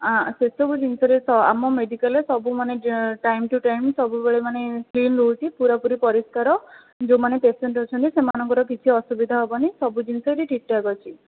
ଅଁ ସେସବୁ ଜିନିଷରେ ତ ଆମ ମେଡ଼ିକାଲ ରେ ସବୁ ମାନେ ଟାଇମ ଟୁ ଟାଇମ ସବୁବେଳେ ମାନେ କ୍ଲିନ ରହୁଛି ପୁରାପୁରି ପରିଷ୍କାର ଯେଉଁମାନେ ପେସେଣ୍ଟ ରହୁଛନ୍ତି ସେମାନଙ୍କର କିଛି ଅସୁବିଧା ହେବନି ସବୁ ଜିନିଷ ଏଇଠି ଠିକ ଠାକ ଅଛି